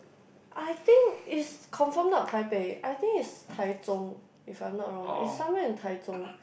I think is confirm not Taipei I think is Taichung if I'm not wrong is somewhere in Taichung